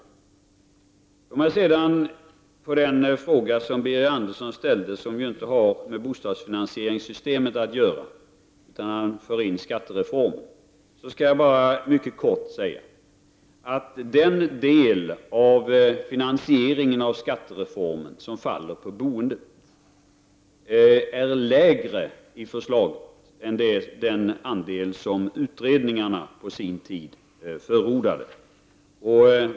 Birger Andersson ställde också en fråga som inte har med bostadsfinansieringssystemet att göra, utan han för in skattereformen i debatten. Jag vill med anledning av denna fråga mycket kort säga att den del av finansieringen av skattereformen som faller på boendet i förslaget är mindre än den del som utredningarna på sin tid förordade.